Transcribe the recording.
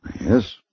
Yes